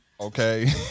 Okay